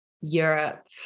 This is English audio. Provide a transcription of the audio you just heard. Europe